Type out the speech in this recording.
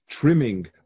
trimming